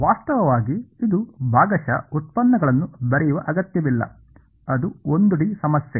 ವಾಸ್ತವವಾಗಿ In fact ಇದು ಭಾಗಶಃ ವ್ಯುತ್ಪನ್ನಗಳನ್ನು ಬರೆಯುವ ಅಗತ್ಯವಿಲ್ಲ ಅದು 1 ಡಿ ಸಮಸ್ಯೆ